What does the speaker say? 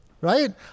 right